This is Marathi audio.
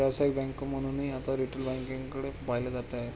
व्यावसायिक बँक म्हणूनही आता रिटेल बँकेकडे पाहिलं जात आहे